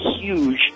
huge